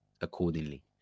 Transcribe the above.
accordingly